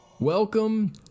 Welcome